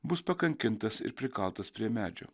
bus pakankintas ir prikaltas prie medžio